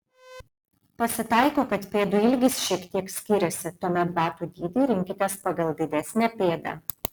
pasitaiko kad pėdų ilgis šiek tiek skiriasi tuomet batų dydį rinkitės pagal didesnę pėdą